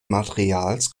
materials